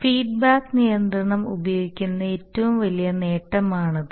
feedback നിയന്ത്രണം ഉപയോഗിക്കുന്ന ഏറ്റവും വലിയ നേട്ടമാണിത്